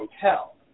hotel